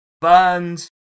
burned